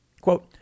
Quote